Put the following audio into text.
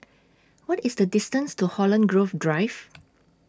What IS The distance to Holland Grove Drive